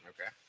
Okay